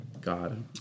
God